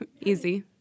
easy